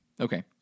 Okay